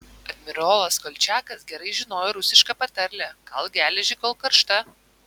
admirolas kolčiakas gerai žinojo rusišką patarlę kalk geležį kol karšta